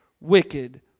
wicked